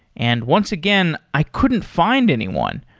and once again, i couldn't find anyone.